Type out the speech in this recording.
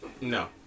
No